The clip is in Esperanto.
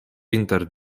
inter